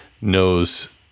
knows